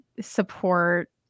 support